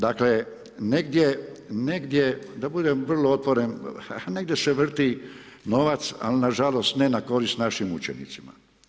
Dakle, negdje da budem vrlo otvoren, negdje se vrti novac, ali nažalost, ne na korist našim učenicima.